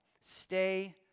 stay